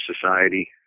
society